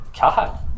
God